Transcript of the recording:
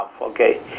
okay